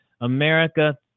America